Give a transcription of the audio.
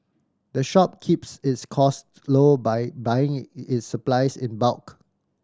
the shop keeps its cost low by buying its supplies in bulk